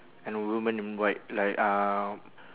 and a woman in white like uh